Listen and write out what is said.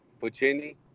Puccini